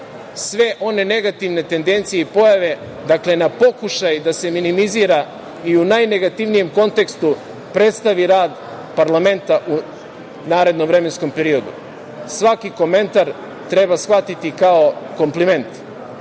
sve one negativne tendencije i pojave, dakle na pokušaj da se minimizira i u najnegativnijem kontekstu predstavi rad parlamenta u narednom vremenskom periodu. Svaki komentar treba shvatiti kao kompliment